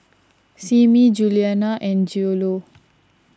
Simmie Juliana and Cielo